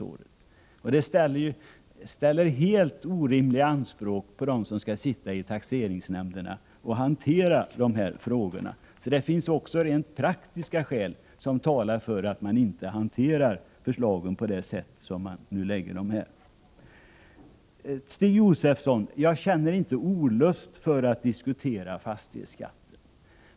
Det vore att ställa helt orimliga anspråk på dem som sitter i taxeringsnämnderna och hanterar dessa frågor. Det finns således också rent praktiska skäl för att inte hantera dessa frågor på det sätt som vpk föreslår. Jag känner inte olust, Stig Josefson, inför tanken på att diskutera fastighetsskatten.